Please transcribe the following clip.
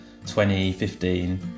2015